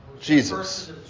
Jesus